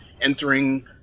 entering